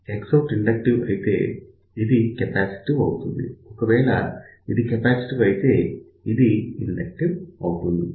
Xout inductive అయితే ఇది capacitive అవుతుంది ఒకవేళ ఇది కెపాసిటివ్ అయితే ఇది ఇండక్టివ్ అవుతుంది